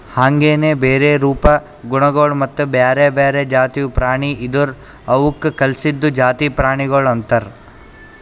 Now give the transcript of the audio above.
ಹಾಂಗೆನೆ ಬೇರೆ ರೂಪ, ಗುಣಗೊಳ್ ಮತ್ತ ಬ್ಯಾರೆ ಬ್ಯಾರೆ ಜಾತಿವು ಪ್ರಾಣಿ ಇದುರ್ ಅವುಕ್ ಕಲ್ಸಿದ್ದು ಜಾತಿ ಪ್ರಾಣಿಗೊಳ್ ಅಂತರ್